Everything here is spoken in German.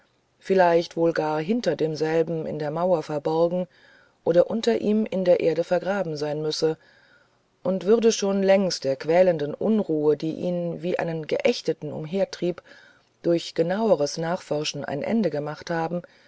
vielleicht wohl gar hinter demselben in der mauer verborgen oder unter ihm in der erde vergraben sein müsse und würde schon längst der quälenden unruhe die ihn wie einen geächteten umhertrieb durch genaueres nachforschen ein ende gemacht haben